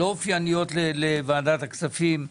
לא אופייניות לוועדת הכספים.